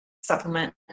supplement